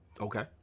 Okay